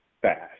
fast